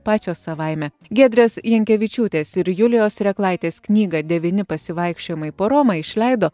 pačios savaime giedrės jankevičiūtės ir julijos reklaitės knygą devyni pasivaikščiojimai po romą išleido